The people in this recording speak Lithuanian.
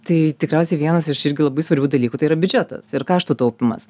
tai tikriausiai vienas iš irgi labai svarbių dalykų tai yra biudžetas ir kaštų taupymas